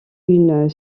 une